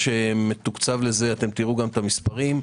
תראו את המספרים.